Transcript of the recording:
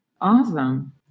Awesome